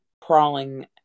crawling